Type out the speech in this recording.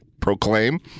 proclaim